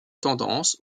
tendance